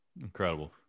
Incredible